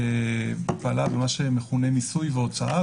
במה שמכונה "מיסוי והוצאה".